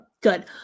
good